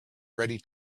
ready